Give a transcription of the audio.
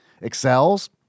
excels